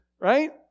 right